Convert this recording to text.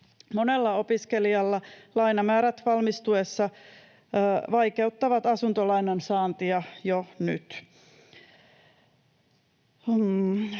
Monella opiskelijalla lainamäärät valmistuessa vaikeuttavat asuntolainan saantia jo nyt.